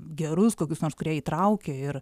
gerus kokius nors kurie įtraukia ir